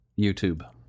YouTube